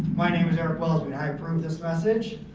my name is eric welsby and i approve this message.